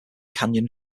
canyon